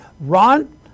Ron